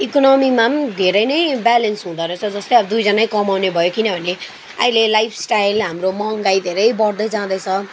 इकोनमीमा पनि धेरै नै ब्यालेन्स हुँदो रहेछ जस्तै अब दुईजनै कमाउने भयो किनभने अहिले लाइफ स्टाइल हाम्रो महँगाई धेरै बढ्दै जाँदैछ